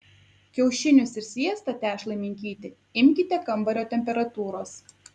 kiaušinius ir sviestą tešlai minkyti imkite kambario temperatūros